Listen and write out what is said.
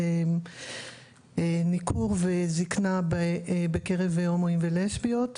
ניכור וזקנה בקרב הומואים ולסביות.